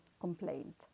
complaint